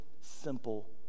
simple